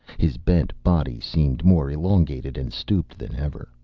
his bent body seemed more elongated and stooped than ever,